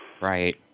Right